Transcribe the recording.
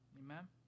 Amen